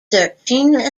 searching